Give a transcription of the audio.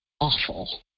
awful